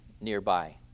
nearby